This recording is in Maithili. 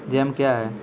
जैम क्या हैं?